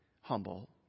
humble